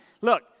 look